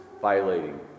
violating